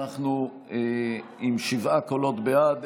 אנחנו עם שבעה קולות בעד,